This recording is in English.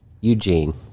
Eugene